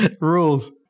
Rules